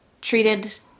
treated